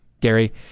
Gary